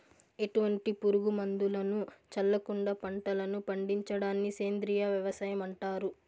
ఎటువంటి పురుగు మందులను చల్లకుండ పంటలను పండించడాన్ని సేంద్రీయ వ్యవసాయం అంటారు